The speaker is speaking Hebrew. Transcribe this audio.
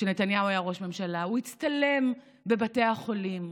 כשנתניהו היה ראש ממשלה, הוא הצטלם בבתי החולים,